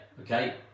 okay